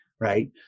right